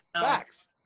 Facts